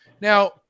Now